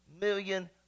million